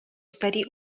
старі